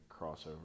crossover